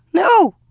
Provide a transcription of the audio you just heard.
no